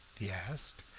he asked.